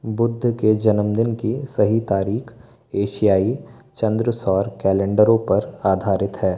बुद्ध के जन्मदिन की सही तारीख एशियाई चंद्र सौर कैलेंडरों पर आधारित है